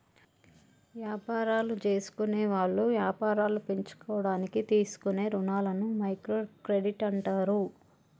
యాపారాలు జేసుకునేవాళ్ళు యాపారాలు పెంచుకోడానికి తీసుకునే రుణాలని మైక్రో క్రెడిట్ అంటారు